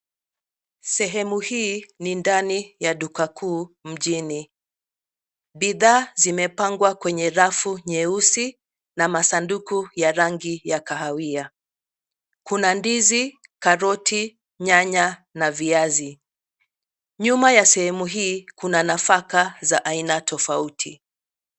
Sehemu hii ni ndani ya duka kuu mjini. Bidhaa zimepagwa kwenye rafu nyeusi na masanduku ya rangi ya kahawia. Kuna ndizi, karoti, nyanya na viazi. Nyuma ya sehemu hii kuna nafaka za aina tofauti.